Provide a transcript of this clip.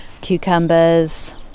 Cucumbers